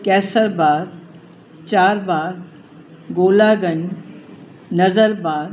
Kaiserbagh Charbagh Golaganj Nazarbagh